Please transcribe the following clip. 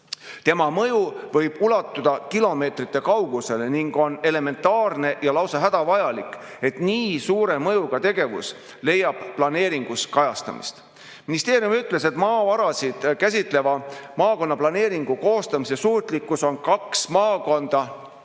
Tema mõju võib ulatuda kilomeetrite kaugusele ning on elementaarne ja lausa hädavajalik, et nii suure mõjuga tegevus leiab planeeringus kajastamist. Ministeerium ütles, et maavarasid käsitleva maakonnaplaneeringu koostamise suutlikkus on [haarata] kaks maakonda – praegusel